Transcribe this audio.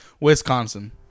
Wisconsin